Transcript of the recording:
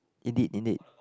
indeed indeed